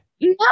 No